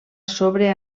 sobre